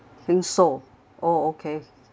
think so oh okay